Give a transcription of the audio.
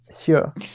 Sure